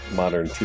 modern